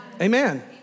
Amen